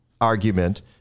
argument